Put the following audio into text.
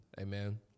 Amen